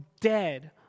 dead